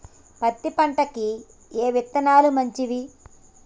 పత్తి పంటకి ఏ విత్తనాలు మంచివి?